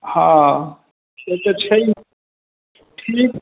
हँ ई तऽ छै ठीक